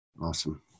Awesome